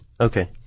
Okay